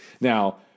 Now